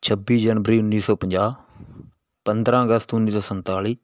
ਛੱਬੀ ਜਨਵਰੀ ਉੱਨੀ ਸੌ ਪੰਜਾਹ ਪੰਦਰਾਂ ਅਗਸਤ ਉੱਨੀ ਸੌ ਸੰਤਾਲੀ